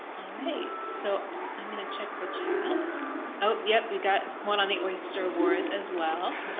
alright, so i'm going to check the chat out. yep. we got one on the oyster wars as well.